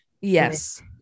Yes